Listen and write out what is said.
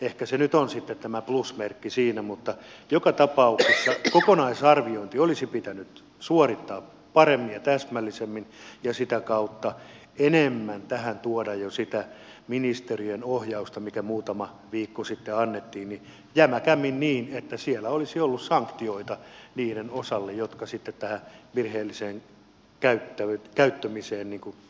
ehkä se nyt on sitten tämä plusmerkki siinä mutta joka tapauksessa kokonaisarviointi olisi pitänyt suorittaa paremmin ja täsmällisemmin ja sitä kautta enemmän tähän tuoda jo sitä ministeriön ohjausta mikä muutama viikko sitten annettiin jämäkämmin niin että siellä olisi ollut sanktioita niiden osalle jotka sitten tähän virheelliseen käyttämiseen ryhtyvät